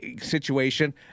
situation